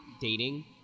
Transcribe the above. dating